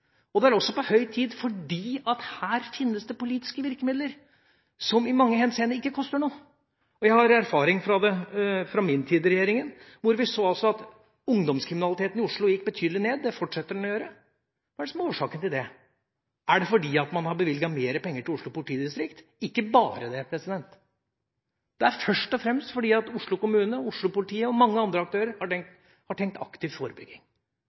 fordi her finnes det politiske virkemidler som i mange henseende ikke koster noe. Jeg har erfaring fra min tid i regjeringa, da vi så at ungdomskriminaliteten i Oslo gikk betydelig ned – og det fortsetter den å gjøre. Hva er årsaken til det? Er det fordi man har bevilget mer penger til Oslo politidistrikt? Nei, ikke bare det. Det er først og fremst fordi Oslo kommune, Oslo-politiet og mange andre aktører har tenkt aktiv forebygging. Det er en gratis politikk med mange gode effekter. Volden i Midtbyen i Trondheim har